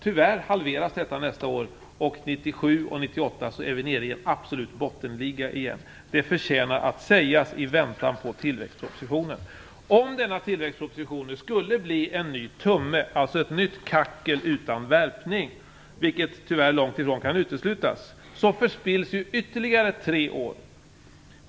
Tyvärr halveras detta nästa år, och 1997 och 1998 är vi nere i en absolut bottenliga igen. Det förtjänar att sägas i väntan på tillväxtpropositionen. Om denna tillväxtproposition skulle bli en ny tumme, alltså ett nytt kackel utan värpning, vilket tyvärr långt ifrån kan uteslutas, förspills ytterligare tre år.